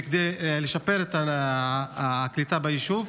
כדי לשפר את הקליטה ביישוב.